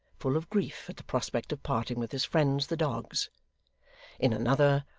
full of grief at the prospect of parting with his friends the dogs in another,